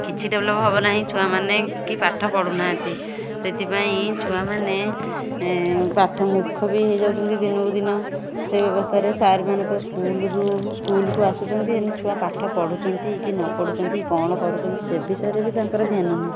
କିଛି ଡେଭ୍ଲପ୍ ହେବ ନାହିଁ ଛୁଆମାନେ କି ପାଠ ପଢ଼ୁନାହାଁନ୍ତି ସେଇଥିପାଇଁ ଛୁଆମାନେ ପାଠ ମୂର୍ଖ ବି ହୋଇଯାଉଛନ୍ତି ଦିନକୁ ଦିନ ସେଇ ବ୍ୟବସ୍ତାରେ ସାର୍ମାନେ ତ ସ୍କୁଲ୍ରୁ ସ୍କୁଲ୍କୁ ଆସୁଛନ୍ତି ହେନେ ଛୁଆ ପାଠ ପଢ଼ୁଛନ୍ତି କି ନପଢ଼ୁଛନ୍ତି କଣ କରୁଛନ୍ତି ସେ ବିଷୟରେ ବି ତାଙ୍କର ଧ୍ୟାନ ନାହିଁ